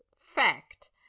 fact